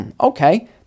Okay